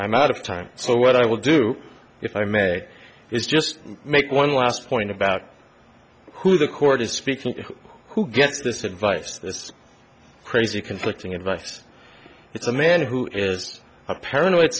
i'm out of time so what i will do if i may is just make one last point about who the court is speaking who gets this advice this is crazy conflicting advice it's a man who is a paranoid